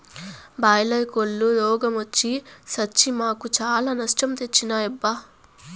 boiler కోల్లు రోగ మొచ్చి సచ్చి మాకు చాలా నష్టం తెచ్చినాయబ్బా